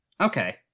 Okay